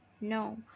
No